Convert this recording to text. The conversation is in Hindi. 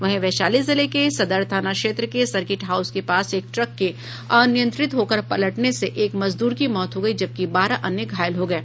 वहीं वैशाली जिले के सदर थाना क्षेत्र के सर्किट हाउस के पास एक ट्रक के अनियंत्रित होकर पलटने से एक मजदूर की मौत हो गयी जबकि बारह अन्य घायल हो गये